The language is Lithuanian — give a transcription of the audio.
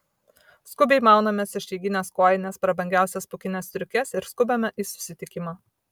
skubiai maunamės išeigines kojines prabangiausias pūkines striukes ir skubame į susitikimą